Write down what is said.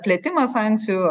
plėtimas sankcijų